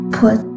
put